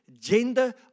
gender